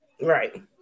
Right